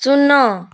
ଶୂନ